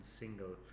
single